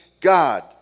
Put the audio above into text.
God